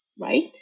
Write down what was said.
right